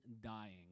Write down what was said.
dying